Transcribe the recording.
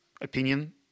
opinion